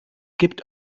gibt